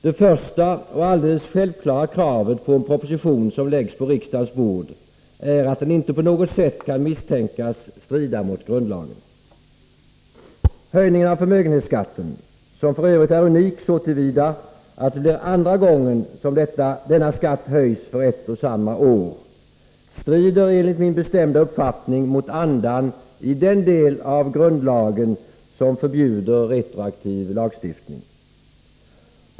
Det första och alldeles självklara kravet på en proposition som läggs på riksdagens bord är att den inte på något sätt kan misstänkas strida mot grundlagen. Höjningen av förmögenhetsskatten, som f. ö. är unik så till vida att det blir andra gången som denna skatt höjs för ett och samma år, strider enligt min bestämda uppfattning mot andan i den del av grundlagen som förbjuder retroaktiv lagstiftning.